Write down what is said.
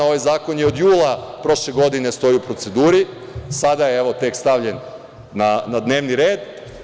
Ovaj zakon od jula prošle godine stoji u proceduri, sada je, evo, tek stavljen na dnevni red.